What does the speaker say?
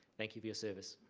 thank you for your service.